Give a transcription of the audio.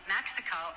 Mexico